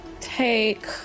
take